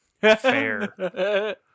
Fair